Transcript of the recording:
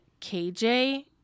KJ